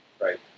right